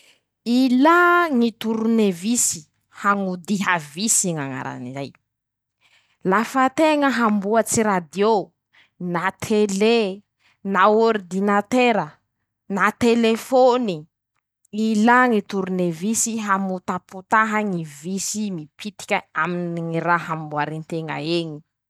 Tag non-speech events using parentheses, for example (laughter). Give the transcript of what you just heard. Ilà ñy toronevisy hañodiha visy ñ'añaran'izay, (shushes) lafa teña hamboatsy radiô, na telé na ôridinatera na telefony, ilà ñy toronevisy hamotapotaha ñy visy mipitike aminy ñy raha amboarinteña eñe.